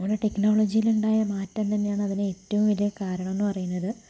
അങ്ങനെ ടെക്നോളജിയിലുണ്ടായ മാറ്റം തന്നെയാണ് അതിന് ഏറ്റവും വലിയ കാരണം എന്ന് പറയുന്നത്